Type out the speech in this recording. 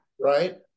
Right